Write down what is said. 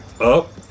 up